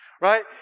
right